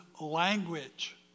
language